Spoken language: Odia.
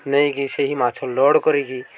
ନେଇକି ସେହି ମାଛ ଲୋଡ଼୍ କରିକି